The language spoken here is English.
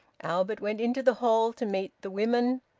albert went into the hall to meet the women.